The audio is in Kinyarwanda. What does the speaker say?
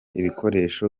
ibikoresho